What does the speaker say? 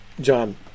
John